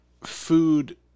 food